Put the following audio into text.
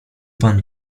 pan